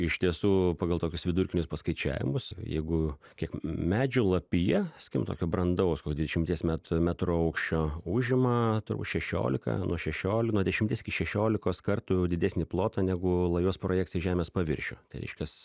iš tiesų pagal tokius vidurkinius paskaičiavimus jeigu kiek medžio lapija skim tokio brandaus dvidešimties met metrų aukščio užima turbūt šešiolika nuo šešioli nuo dešimties iki šešolikos kartų didesnį plotą negu lajos projekcija į žemės paviršių tai reiškias